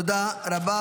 תודה רבה.